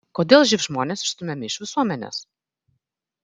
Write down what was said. kodėl živ žmonės išstumiami iš visuomenės